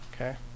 okay